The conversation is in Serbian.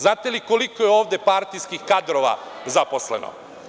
Znate li koliko je ovde partijskih kadrova zaposleno?